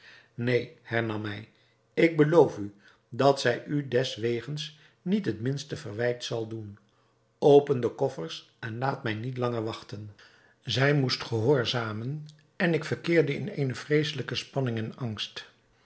neen hernam hij ik beloof u dat zij u deswegens niet het minste verwijt zal doen open de koffers en laat mij niet langer wachten zij moest gehoorzamen en ik verkeerde in eene vreeselijke spanning en angst